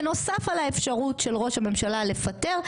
בנוסף על האפשרות של ראש הממשלה לפטר,